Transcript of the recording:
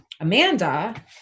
Amanda